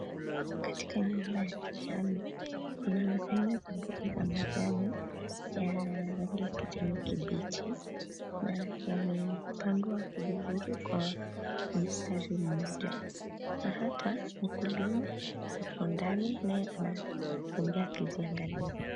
Katika nyumba ya kijani, kuna aina za mboga za majani ya rangi ya kijani kibichi, na yamepandwa vizuri kwa mstari mmoja, na hata mkulima yuko ndani, naye anatembea akiziangalia.